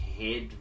head